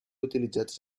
utilitzats